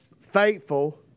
faithful